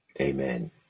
Amen